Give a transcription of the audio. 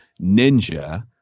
ninja